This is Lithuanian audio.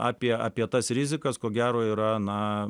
apie apie tas rizikas ko gero yra na